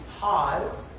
pause